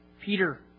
Peter